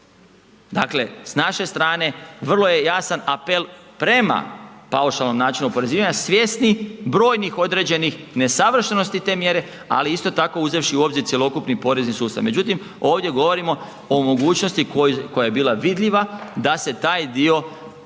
Dakle, s naše strane, vrlo je jasan apel prema paušalnom načinu oporezivanja, svjesni brojnih određenih nesavršenosti te mjere, ali isto tako, uzevši u obzir cjelokupni porezni sustav. Međutim, ovdje govorimo o mogućnosti koja je bila vidljiva da se taj dio